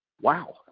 wow